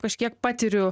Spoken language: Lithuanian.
kažkiek patiriu